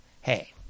hey